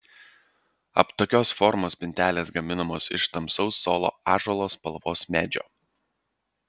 aptakios formos spintelės gaminamos iš tamsaus solo ąžuolo spalvos medžio